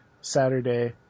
Saturday